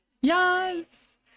yes